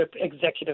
executive